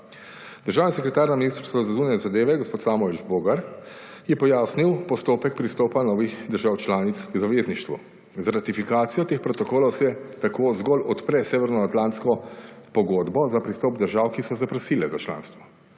Državni sekretar na Ministrstvu za zunanje zadeve gospod Samuel Žbogar je pojasnil postopek pristopa novih držav članic k zavezništvu. Z ratifikacijo teh protokolov se tako zgolj odpre severnoatlantsko pogodbo za pristop držav, ki so zaprosile za članstvo.